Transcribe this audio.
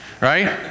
right